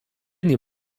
nie